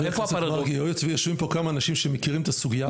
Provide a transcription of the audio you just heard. היות ויושבים פה כמה אנשים שמכירים את הסוגייה,